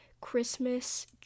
christmas